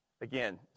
Again